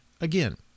again